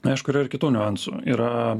aišku yra ir kitų niuansų yra